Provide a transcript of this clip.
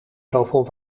zoveel